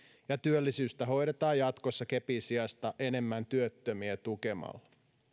ja työllisyyttä hoidetaan jatkossa kepin sijasta enemmän työttömiä tukemalla